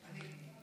אני כאן.